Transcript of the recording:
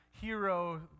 hero